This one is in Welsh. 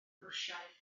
rwsiaidd